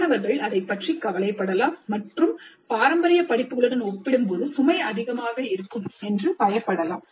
மாணவர்கள் அதைப் பற்றி கவலைப்படலாம் மற்றும் பாரம்பரிய படிப்புகளுடன் ஒப்பிடும்போது சுமை அதிகமாக இருக்கும் என்று பயப்படலாம்